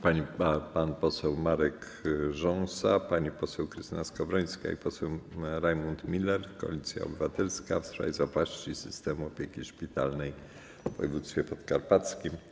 Pan poseł Marek Rząsa, pani poseł Krystyna Skowrońska i pan poseł Rajmund Miller, Koalicja Obywatelska - w sprawie zapaści systemu opieki szpitalnej w województwie podkarpackim.